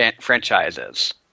franchises